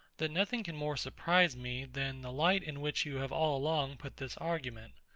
that nothing can more surprise me, than the light in which you have all along put this argument.